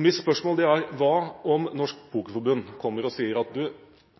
Mitt spørsmål er: Hva om Norsk Pokerforbund kommer og sier at du,